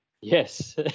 Yes